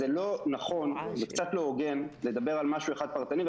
זה קצת לא הוגן לדבר על משהו אחד פרטני,